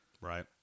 Right